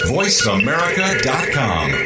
voiceamerica.com